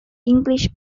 english